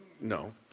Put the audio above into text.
no